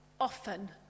often